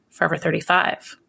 forever35